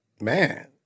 Man